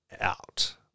Out